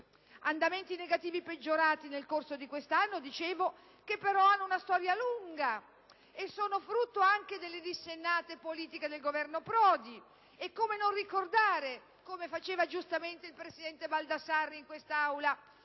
Andamenti negativi peggiorati nel corso di questo anno, dicevo, che però hanno una storia lunga e sono frutto anche delle dissennate politiche del Governo Prodi. E allora come non ricordare, come faceva giustamente il presidente Baldassarri in questa Aula,